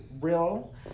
real